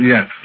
Yes